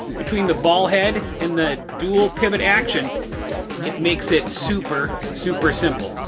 between the ball head and the dual pivot action it makes it super super simple.